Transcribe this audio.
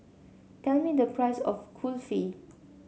tell me the price of Kulfi